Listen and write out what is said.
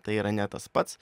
tai yra ne tas pats